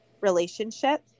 relationship